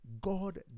God